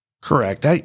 Correct